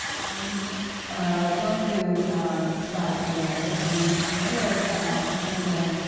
i'm going to start right away. and i know that hemingway,